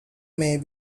may